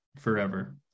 forever